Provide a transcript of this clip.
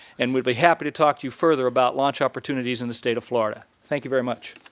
and we'd be happy to talk to you further about launch opportunities in the state of florida. thank you very much.